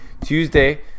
tuesday